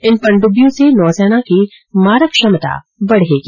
इन पनडुब्बियों से नौसेना की मारक क्षमता बढेगी